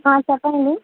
చెప్పండి